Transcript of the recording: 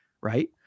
right